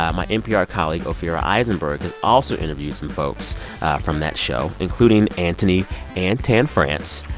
um my npr colleague ophira eisenberg has also interviewed some folks from that show, including antoni and tan france.